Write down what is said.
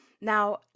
Now